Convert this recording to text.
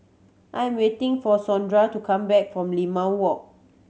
I am waiting for Sondra to come back from Limau Walk